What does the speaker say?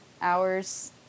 hours